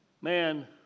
Man